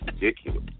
ridiculous